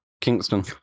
Kingston